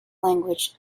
language